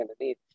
underneath